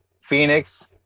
Phoenix